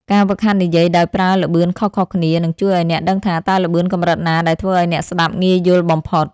ការហ្វឹកហាត់និយាយដោយប្រើល្បឿនខុសៗគ្នា នឹងជួយឱ្យអ្នកដឹងថា តើល្បឿនកម្រិតណាដែលធ្វើឱ្យអ្នកស្ដាប់ងាយយល់បំផុត។